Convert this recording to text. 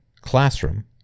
classroom